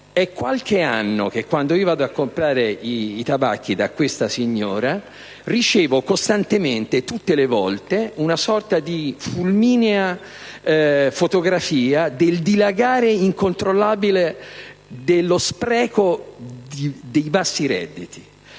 È qualche anno che, quando vado a comprare i tabacchi da questa signora, ricevo costantemente, tutte le volte, una sorta di fulminea fotografia del dilagare incontrollabile dello spreco dei bassi redditi.